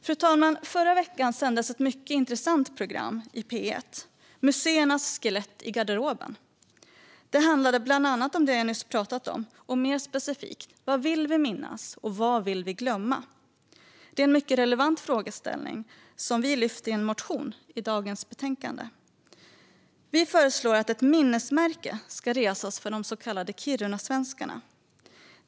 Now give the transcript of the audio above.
Fru talman! Förra veckan sändes ett mycket intressant program i P1, Museernas skelett i garderoben . Det handlade bland annat om det jag nyss talat om. Mer specifikt handlade det om vad vi vill minnas och vad vi vill glömma. Det är en mycket relevant frågeställning som vi tar upp i en motion i dagens betänkande. Vi föreslår att ett minnesmärke ska resas för de så kallade kirunasvenskarna.